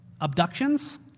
abductions